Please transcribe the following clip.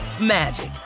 magic